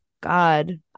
god